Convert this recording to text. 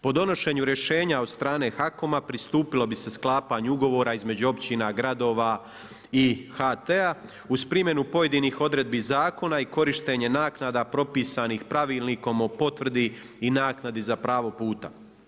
Po donošenju rješenja od strane HAKOM-a, pristupilo bi se sklapanju ugovora između općina, gradova i HT-a uz primjenu pojedinih odredbi zakona i korištenje naknada propisanih Pravilnikom o potvrdi i naknadi za pravo puta.